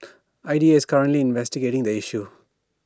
I D A is currently investigating the issue